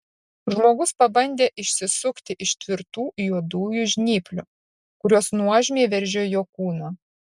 žmogus pabandė išsisukti iš tvirtų juodųjų žnyplių kurios nuožmiai veržė jo kūną